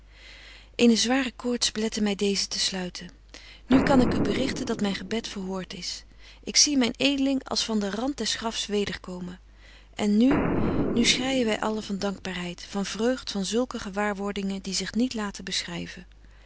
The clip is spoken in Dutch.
eene zware koorts belette my deezen te sluiten nu kan ik u berichten dat myn gebed verhoort is ik zie myn edeling als van den rand des grafs weder komen en nu nu schreijen wy allen van dankbaarheid van vreugd van zulke gewaarwordingen die zich niet laten beschryven